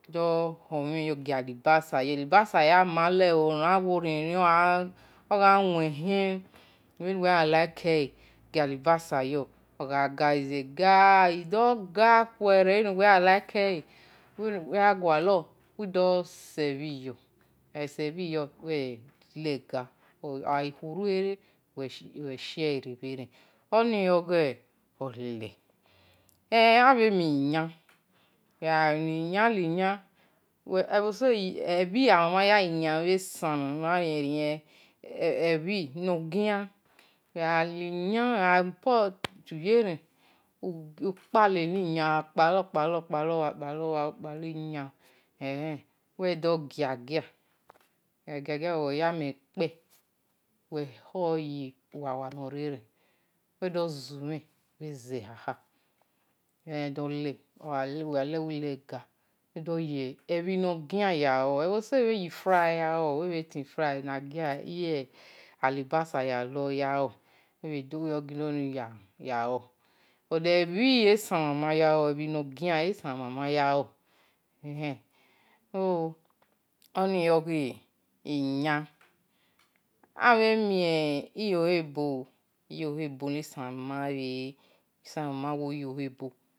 Odo-ho-umhen yo gin libase yo, alibasa ayam ama len no na rien-rien oo ogho wi-hin bhe-nuwe khian ya like ele ogha-gha ogha ze gha ogha-edo-gha khere bhe nuwe ya like ele uwi da sebhi yo ogha khieru kere uwi shie re bhe ren oni oghi olele abhe ni yan, ebhi amama ya li-yan bhe-esan nun na rien-rien ebhi no gian, agha ri-putu yeren ukpe-le-eni yan ugha kpalor-kpalor, uwido-gia gia uwe-yamen kpe uhohe ye-uwa wa nore-eren uwi doh ye-ebhi no gian yan-lue ebhe-eso obhe ye fry yalo, ebhetin fry yo elibasa yalor nor gian esa mama yalor so uni ogi iyan abhe miye iyo khe-bo esan mama wo en yo-khe bo.